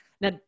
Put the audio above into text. Now